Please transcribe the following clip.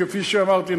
כפי שאמרתי,